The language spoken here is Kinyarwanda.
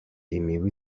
imibu